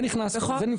זה נמצא.